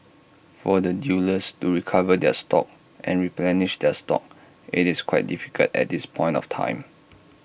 for the dealers to recover their stocks and replenish their stocks IT is quite difficult at this point of time